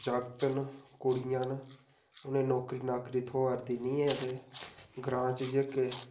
जागत न कुड़ियां न उनें गी नौकरियां नाकरी थ्होऐ'रदी नी ऐ ते ग्रांऽ च जेह्के